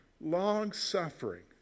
long-suffering